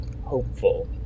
hopeful